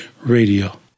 Radio